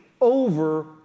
over